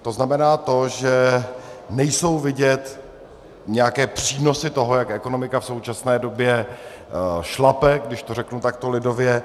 To znamená to, že nejsou vidět nějaké přínosy toho, jak ekonomika v současné době šlape, když to řeknu takto lidově.